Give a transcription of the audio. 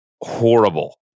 horrible